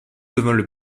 devint